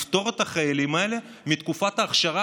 לפטור את החיילים האלה מתקופת האכשרה